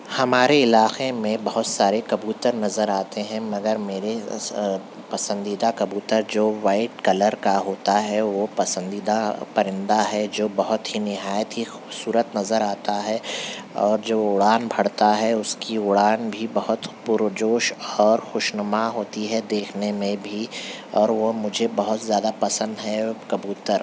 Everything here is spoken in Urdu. ہمارے علاقے میں بہت سارے کبوتر نظر آتے ہیں مگر میرے پسندیدہ کبوتر جو وائٹ کلر کا ہوتا ہے وہ پسندیدہ پرندہ ہے جو بہت ہی نہایت ہی خوبصورت نظر آتا ہے اور جو اڑان بھرتا ہے اس کی اڑان بھی بہت پرجوش اور خوشنما ہوتی ہے دیکھنے میں بھی اور وہ مجھے بہت زیادہ پسند ہے وہ کبوتر